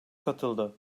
katıldı